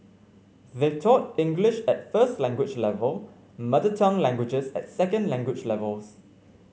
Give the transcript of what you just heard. they taught English at first language level mother tongue languages at second language levels